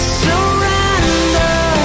surrender